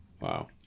wow